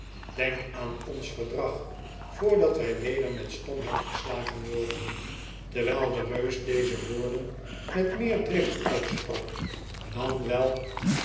denk aan ons verdrag voordat wij weder met stomheid geslagen worden terwijl de reus deze woorden met meer drift uitsprak dan wel